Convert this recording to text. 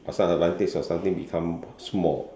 what's the advantage for something become small